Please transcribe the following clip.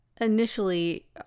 Initially